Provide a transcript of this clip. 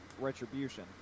retribution